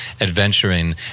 adventuring